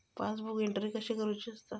Passbook entry कशी करुची असता?